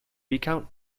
recount